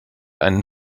einen